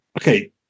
Okay